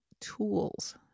tools